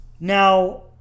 Now